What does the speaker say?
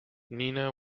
nina